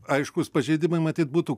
aiškūs pažeidimai matyt būtų